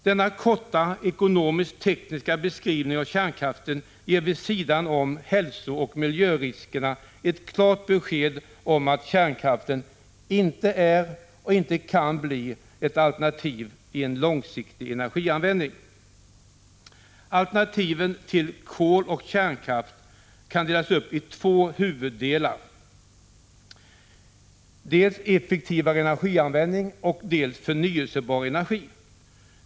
Denna korta ekonomisk-tekniska beskrivning av kärnkraften ger vid sidan om hälsooch miljöriskerna ett klart besked om att kärnkraften inte är och inte kan bli ett alternativ i en långsiktig energianvändning. Alternativ till kol och kärnkraft kan delas upp i två huvuddelar, dels effektivare energianvändning, dels förnyelsebar energi.